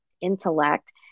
intellect